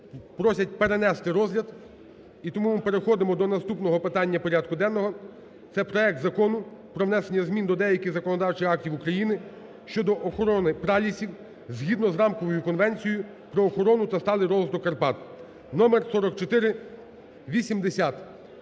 просять перенести розгляд. І тому ми переходимо до наступного питання порядку денного, це проект Закону про внесення змін до деяких законодавчих актів України щодо охорони пралісів згідно Рамкової конвенції про охорону та сталий розвиток Карпат (№4480).